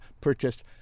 purchased